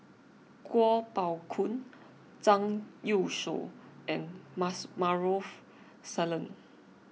Kuo Pao Kun Zhang Youshuo and Maarof Salleh